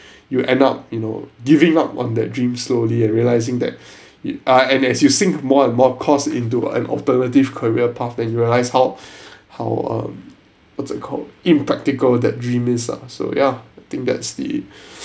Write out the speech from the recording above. you end up you know giving up on that dream slowly and realizing that it and ah as you sink more and more cost into an alternative career path then you realize how how um what's it called impractical that dream is ah so yeah I think that's the